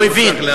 הוא הבין.